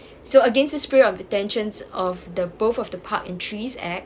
so against the spirit of intentions of the both of the park and trees act